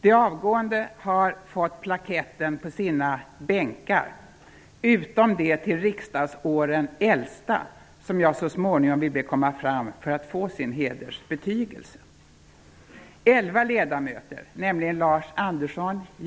De avgående har fått plaketten på sina bänkar, utom de till riksdagsåren äldsta som jag så småningom vill be komma fram för att få sin hedersbetygelse.